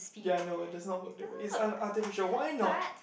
ya know that's not it is unartificial why not